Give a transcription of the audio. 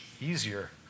easier